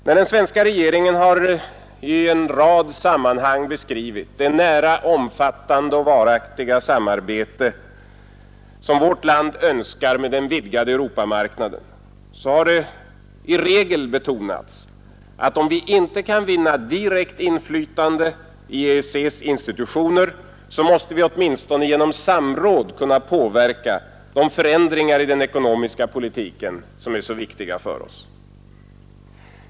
När den svenska regeringen i en rad sammanhang har beskrivit det nära, varaktiga och omfattande samarbete vårt land önskar med den vidgade Europamarknaden, har det i regel betonats att om vi inte kan vinna direkt inflytande i EEC:s institutioner, måste vi åtminstone genom samråd kunna påverka de förändringar i den ekonomiska politiken som är så viktiga för oss.